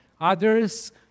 others